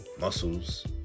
muscles